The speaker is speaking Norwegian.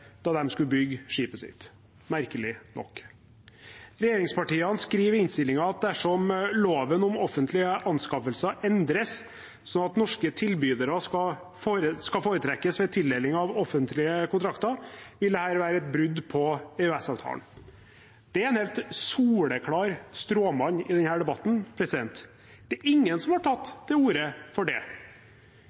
da de skulle bygge skipet sitt, merkelig nok. Regjeringspartiene skriver i innstillingen at dersom loven om offentlige anskaffelser endres sånn at norske tilbydere skal foretrekkes ved tildeling av offentlige kontrakter, vil dette være et brudd på EØS-avtalen. Det er en helt soleklar stråmann i denne debatten. Det er ingen som har tatt til orde for det.